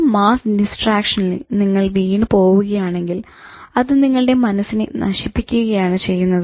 ഈ മാസ്സ് ഡിസ്ട്രാക്ഷനിൽ നിങ്ങൾ വീണു പോവുകയാണെങ്കിൽ അത് നിങ്ങളുടെ മനസ്സിനെ നശിപ്പിക്കുകയാണ് ചെയ്യുന്നത്